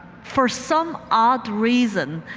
for some odd reason,